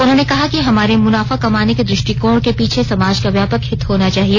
उन्होंने कहा कि हमारे मुनाफा कमाने के दृष्टिकोण के पीछे समाज का व्यापक हित होना चाहिए